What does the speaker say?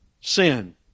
sin